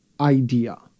idea